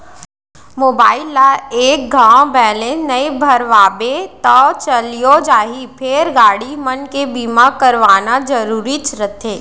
mobile ल एक घौं बैलेंस नइ भरवाबे तौ चलियो जाही फेर गाड़ी मन के बीमा करवाना जरूरीच रथे